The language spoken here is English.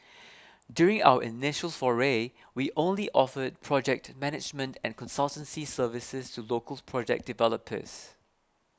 during our initial foray we only offered project management and consultancy services to local project developers